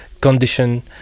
condition